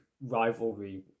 rivalry